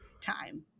time